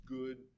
good